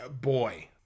boy